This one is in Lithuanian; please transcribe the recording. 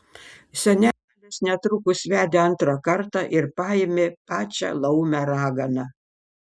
senelis netrukus vedė antrą kartą ir paėmė pačią laumę raganą